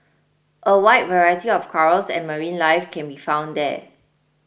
a wide variety of corals and marine life can be found there